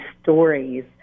stories